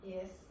Yes